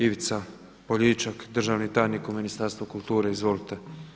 Ivica Poljičak, državni tajnik u Ministarstvu kulture, izvolite.